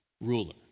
ruler